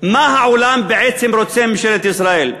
מה העולם בעצם רוצה מממשלת ישראל,